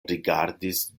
rigardis